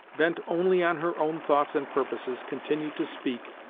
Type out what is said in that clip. bent only on her own thoughts and purposes, continued to speak,